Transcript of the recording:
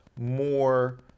more